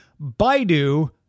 Baidu